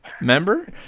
remember